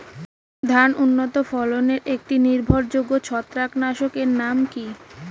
ধান উন্নত ফলনে একটি নির্ভরযোগ্য ছত্রাকনাশক এর নাম কি?